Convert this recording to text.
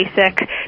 basic